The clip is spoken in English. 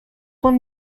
one